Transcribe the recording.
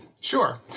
Sure